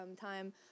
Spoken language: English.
time